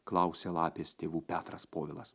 klausė lapės tėvų petras povilas